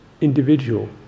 individual